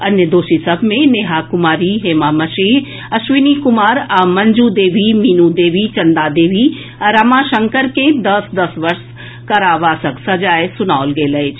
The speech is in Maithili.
अन्य दोषी सभ मे नेहा कुमारी हेमा मशीह अश्विनी कुमार आ मंजू देवी मीनू देवी चंदा देवी आ रमा शंकर के दस दस वर्ष कारावासक सजाए सुनाओल गेल अछि